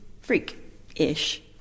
Freak-ish